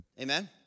Amen